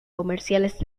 comerciales